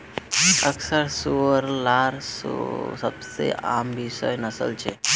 Yorkshire सूअर लार सबसे आम विषय नस्लें छ